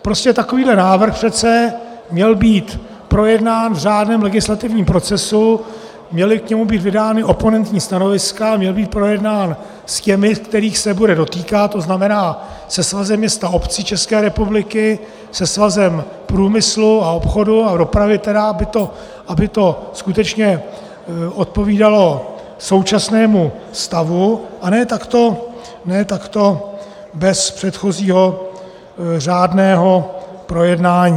Prostě takovýto návrh měl být přece projednán v řádném legislativním procesu, měla k němu být vydána oponentní stanoviska, měl být projednán s těmi, kterých se bude dotýkat, to znamená se Svazem měst a obcí České republiky, se Svazem průmyslu a obchodu a dopravy, aby to skutečně odpovídalo současnému stavu, a ne takto bez předchozího řádného projednání.